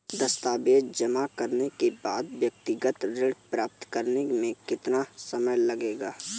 दस्तावेज़ जमा करने के बाद व्यक्तिगत ऋण प्राप्त करने में कितना समय लगेगा?